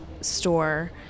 store